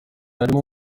harimo